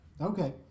okay